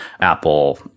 Apple